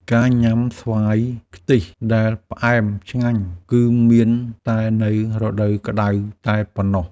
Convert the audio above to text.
ការញ៉ាំស្វាយខ្ទិះដែលផ្អែមឆ្ងាញ់ គឺមានតែនៅរដូវក្តៅតែប៉ុណ្ណោះ។